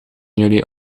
jullie